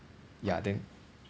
ya I think